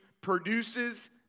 produces